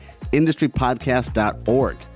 industrypodcast.org